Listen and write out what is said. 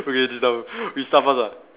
okay this dumb you start first ah